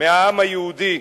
מהעם היהודי,